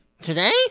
Today